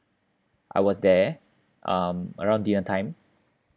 I was there um around dinner time